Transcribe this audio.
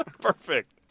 Perfect